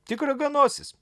tik raganosis